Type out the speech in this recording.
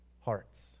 Hearts